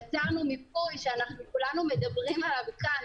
יצרנו מיפוי שאנחנו כולנו מדברים עליו כאן,